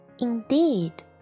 indeed